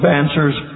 answers